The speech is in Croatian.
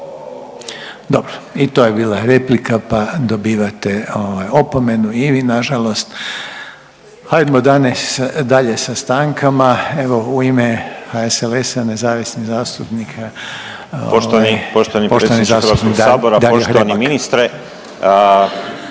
Dobro. I to je bila replika, pa dobivate opomenu i vi na žalost. Hajdemo dalje sa stankama. Evo u ime HSLS-a, nezavisnih zastupnika poštovani zastupnik Dario Hrebak. **Hrebak,